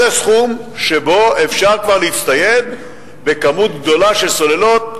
זה סכום שבו אפשר כבר להצטייד בכמות גדולה של סוללות,